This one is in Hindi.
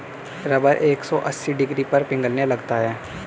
रबर एक सौ अस्सी डिग्री पर पिघलने लगता है